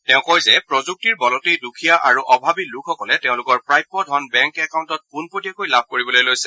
তেওঁ কয় যে প্ৰযুক্তিৰ বলতেই দুখীয়া আৰু অভাৱী লোকসকলে তেওঁলোকৰ প্ৰাপ্য ধন বেংক একাউণ্টত পোনপটীয়াকৈ লাভ কৰিবলৈ লৈছে